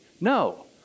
No